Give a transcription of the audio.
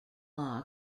law